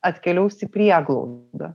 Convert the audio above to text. atkeliaus į prieglaudą